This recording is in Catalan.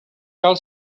cal